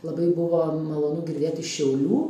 labai buvo malonu girdėti šiaulių